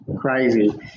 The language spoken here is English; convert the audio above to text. crazy